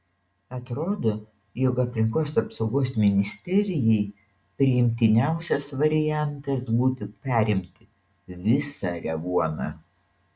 atrodo jog aplinkos apsaugos ministerijai priimtiniausias variantas būtų perimti visą revuoną